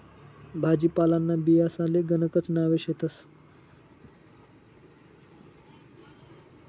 भाजीपालांना बियांसले गणकच नावे शेतस